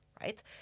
right